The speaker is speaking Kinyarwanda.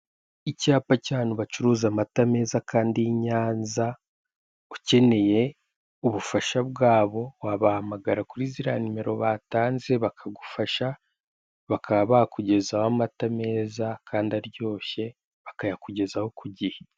Icyapa cy'ahantu bacuruza amata meza kandi y' Inyanza, ukeneye ubufasha bwabo wabahamagara kuri ziriya nimero batanze bakagufasha bakaba bakugezaho amata meza kandi aryoshye bakayakugezaho ku gihe.